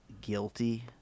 guilty